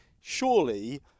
surely